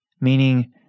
meaning